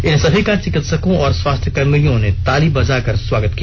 इन सभी का चिकित्सकों और स्वास्थ्य कर्मियों ने ताली बजाकर स्वागत किया